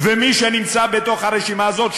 ומי שנמצא בתוך הרשימה הזו,